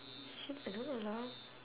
shit I don't know lah